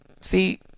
See